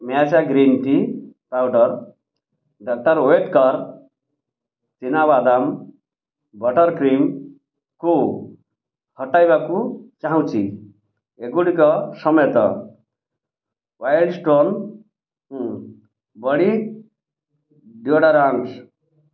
ମ୍ୟାଜା green tea powder doctor ୱେଟକର୍ ଚିନା ବାଦାମ ବଟର୍ କ୍ରିମ୍କୁ ହଟାଇବାକୁ ଚାହୁଁଛି ଏଗୁଡ଼ିକ ସମେତ ୱାଇଲ୍ଡ ଷ୍ଟୋନ୍ ବଡ଼ି ଡ଼ିଓଡ଼ରାଣ୍ଟ୍